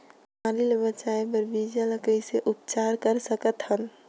बिमारी ले बचाय बर बीजा ल कइसे उपचार कर सकत हन?